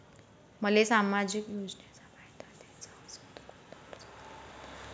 मले सामाजिक योजनेचा फायदा घ्याचा असन त कोनता अर्ज करा लागन?